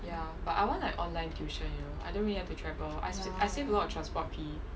ya but I want like online tuition you know I don't really have to travel I save I save a lot of transport fee